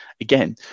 Again